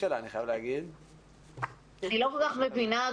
אני לא כל כך מבינה,